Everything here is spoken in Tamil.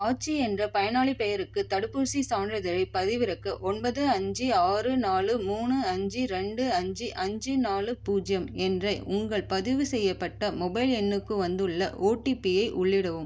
ஆச்சி என்ற பயனாளிப் பெயருக்கு தடுப்பூசிச் சான்றிதழைப் பதிவிறக்க ஒன்பது அஞ்சு ஆறு நாலு மூணு அஞ்சு ரெண்டு அஞ்சு அஞ்சு நான்கு பூஜ்ஜியம் என்ற உங்கள் பதிவு செய்யப்பட்ட மொபைல் எண்ணுக்கு வந்துள்ள ஓடிபியை உள்ளிடவும்